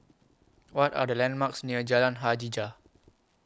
What Are The landmarks near Jalan Hajijah